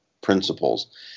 principles